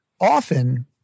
often